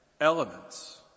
elements